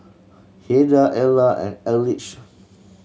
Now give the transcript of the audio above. Heidy Erla and Eldridge